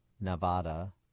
Nevada